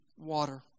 water